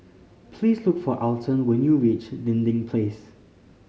please look for Alton when you reach Dinding Place